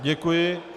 Děkuji.